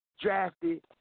drafted